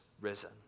risen